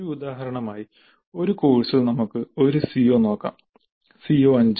ഒരു ഉദാഹരണമായി ഒരു കോഴ്സിൽ നമുക്ക് ഒരു CO നോക്കാം CO5